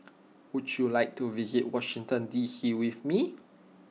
would you like to visit Washington D C with me